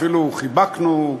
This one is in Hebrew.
ואפילו חיבקנו,